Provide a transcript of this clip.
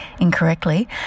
incorrectly